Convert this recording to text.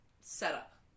setup